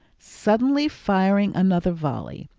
suddenly firing another volley,